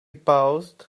paused